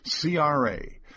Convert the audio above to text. CRA